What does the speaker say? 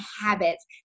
habits